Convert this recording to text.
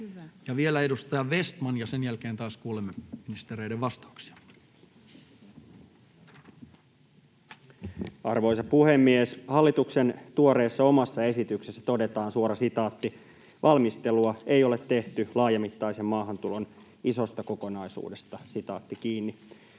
vielä edustaja Vestman, ja sen jälkeen taas kuulemme ministereiden vastauksia. Arvoisa puhemies! Hallituksen tuoreessa omassa esityksessä todetaan: ”Valmistelua ei ole tehty laajamittaisen maahantulon isosta kokonaisuudesta.” Valmistelua